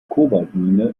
kobaltmine